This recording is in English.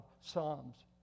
psalms